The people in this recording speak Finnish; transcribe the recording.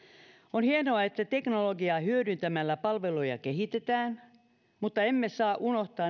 on hienoa että teknologiaa hyödyntämällä palveluja kehitetään mutta emme saa unohtaa